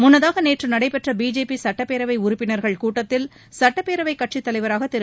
முன்னதாக நேற்று நடைபெற்ற பிஜேபி சுட்டப்பேரவை உறுப்பினர்கள் கூட்டத்தில் சட்டப்பேரவை கட்சித் தலைவராக திரு